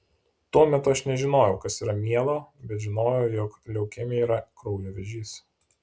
tuo metu aš nežinojau kas yra mielo bet žinojau jog leukemija yra kraujo vėžys